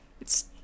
it's-